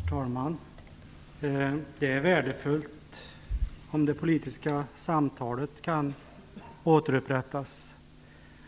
Herr talman! Det är värdefullt om det politiska samtalet kan återupprättas.